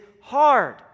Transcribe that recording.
hard